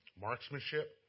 marksmanship